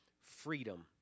freedom